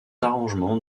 arrangement